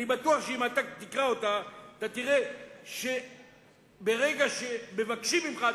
אני בטוח שאם תקרא אותה תראה שברגע שמבקשים ממך,